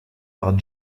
par